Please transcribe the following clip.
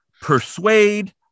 persuade